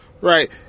right